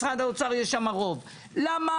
אדוני היושב-ראש,